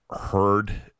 heard